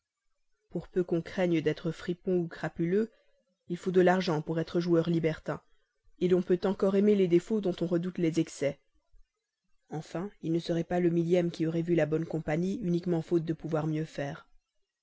pour peu qu'on craigne d'être fripon ou crapuleux il faut de l'argent pour être joueur ou libertin l'on peut encore aimer les défauts dont on redoute les excès enfin il ne serait pas le millième qui aurait vu la bonne compagnie uniquement faute de pouvoir mieux faire